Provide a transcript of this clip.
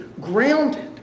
grounded